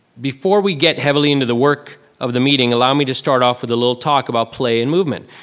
before we get heavily into the work of the meeting, allow me to start off with a little talk about play and movement,